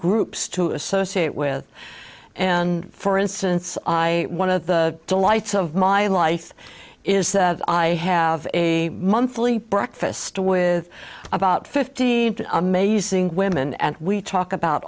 groups to associate with and for instance i one of the delights of my life is that i have a monthly breakfast with about fifty amazing women and we talk about